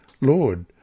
Lord